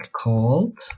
called